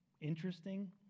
interesting